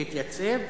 להתייצב,